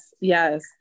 yes